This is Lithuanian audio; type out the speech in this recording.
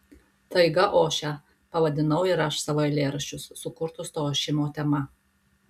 taiga ošia pavadinau ir aš savo eilėraščius sukurtus to ošimo tema